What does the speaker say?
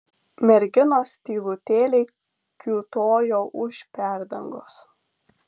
merginos tylutėliai kiūtojo už perdangos